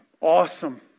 Awesome